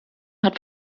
hat